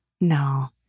No